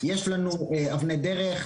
יש לנו אבני דרך,